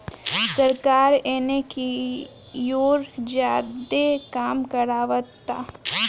सरकार एने कियोर ज्यादे काम करावता